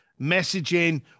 messaging